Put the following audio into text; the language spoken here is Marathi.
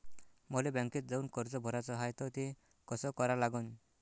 मले बँकेत जाऊन कर्ज भराच हाय त ते कस करा लागन?